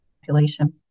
population